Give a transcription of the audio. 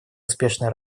успешной